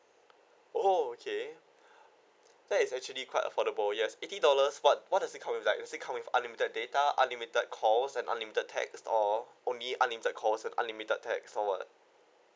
oh okay that is actually quite affordable yes eighty dollars what what does it comes with like is it comes with unlimited data unlimited calls and unlimited text or only unlimited calls and unlimited text or what